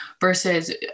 versus